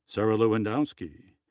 sara lewandowski,